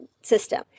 system